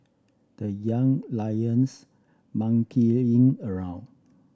the Young Lions monkeying in around